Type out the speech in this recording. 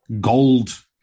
gold